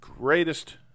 greatest